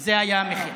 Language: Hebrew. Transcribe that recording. זה היה המחיר.